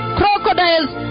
crocodiles